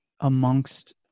amongst